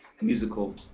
musical